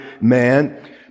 man